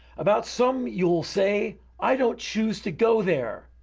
about some you will say, i don't choose to go there.